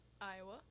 Iowa